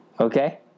Okay